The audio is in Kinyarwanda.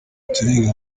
turiga